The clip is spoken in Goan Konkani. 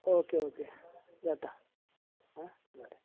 ओके ओके जाता आं बरें बाय